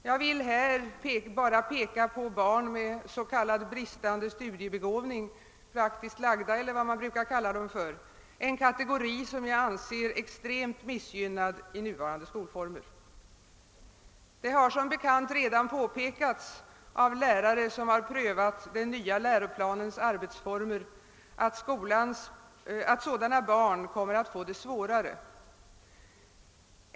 Jag vill här bara peka på barn med s.k. bristande studiebegåvning, praktiskt lagda eller vad man brukar kalla dem, en kategori som jag anser extremt missgynnade i nuvarande skolformer. Det har som bekant redan påpekats av lärare, som har prövat den nya läroplanens arbetsformer, att sådana barn kommer att få det svårare.